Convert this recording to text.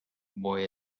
boy